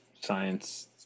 science